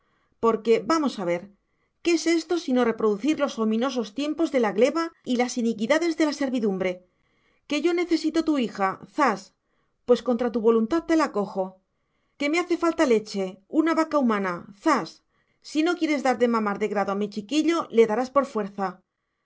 porque vamos a ver qué es esto sino reproducir los ominosos tiempos de la gleba y las iniquidades de la servidumbre que yo necesito tu hija zas pues contra tu voluntad te la cojo que me hace falta leche una vaca humana zas si no quieres dar de mamar de grado a mi chiquillo le darás por fuerza